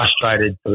frustrated